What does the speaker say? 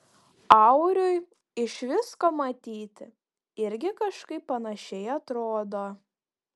auriui iš visko matyti irgi kažkaip panašiai atrodo